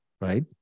right